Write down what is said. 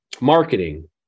marketing